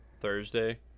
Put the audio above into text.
Thursday